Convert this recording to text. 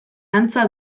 antza